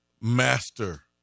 master